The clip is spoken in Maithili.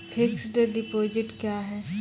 फिक्स्ड डिपोजिट क्या हैं?